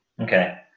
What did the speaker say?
Okay